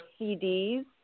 CDs